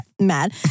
mad